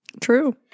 True